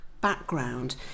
background